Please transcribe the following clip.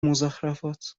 مضخرفات